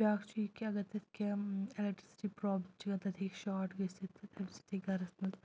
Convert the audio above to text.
بیٛاکھ چھُ یہِ کہِ اگر تَتہِ کیٚنٛہہ الیٚکٹِرٛسِٹی پرٛابلِم چھِ گژھان تتہِ ہیٚکہِ شارٹ گٔژھِتھ تہٕ تَمہِ سۭتۍ ہیٚکہِ گَھرَس منٛز